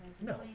No